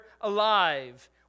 alive